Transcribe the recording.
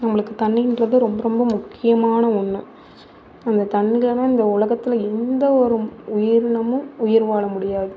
நம்மளுக்கு தண்ணிர்ன்றது ரொம்ப ரொம்ப முக்கியமான ஒன்று அந்த தண்ணிர் இல்லைனா இந்த உலகத்தில் எந்த ஒரு உயிரினமும் உயிர் வாழ முடியாது